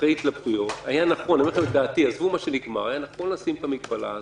אחרי התלבטויות זו דעתי היה נכון לשים את המגבלה הזאת,